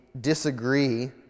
disagree